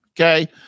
okay